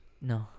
no